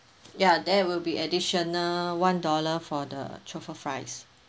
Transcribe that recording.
ya there will be additional one dollar for the truffle fries